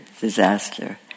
disaster